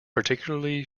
particularly